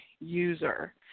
user